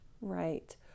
Right